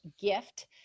gift